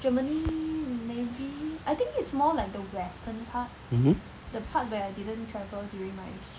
mmhmm